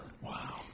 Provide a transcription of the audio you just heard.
Wow